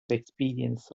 experience